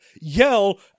yell